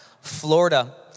Florida